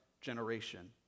generation